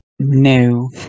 No